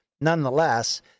nonetheless